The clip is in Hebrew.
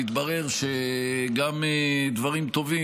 מתברר שגם דברים טובים,